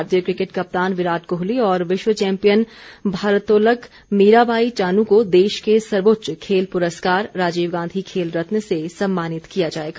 भारतीय क्रिकेट कप्तान विराट कोहली और विश्व चैंपियन भारत्तोलक मीरा बाई चानू को देश के सर्वोच्च खेल पुरस्कार राजीव गांधी खेल रत्न से सम्मानित किया जाएगा